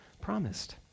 promised